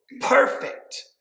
perfect